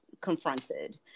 confronted